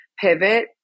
pivot